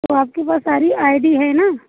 तो आपके पास सारी आई डी है ना